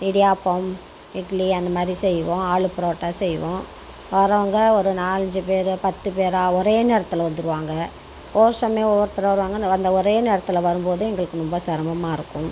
இடியாப்பம் இட்லி அந்த மாதிரி செய்வோம் ஆலு புரோட்டா செய்வோம் வர்றவங்க ஒரு நாலஞ்சி பேரு பத்து பேரா ஒரே நேரத்தில் வந்துருவாங்க ஒரு சமயம் ஒவ்வொருத்தரா வருவாங்கள் அந்த ஒரே நேரத்தில் வரும்போது எங்களுக்கு ரொம்ப சிரமமாக இருக்கும்